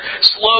slow